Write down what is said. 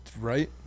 Right